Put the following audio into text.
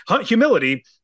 humility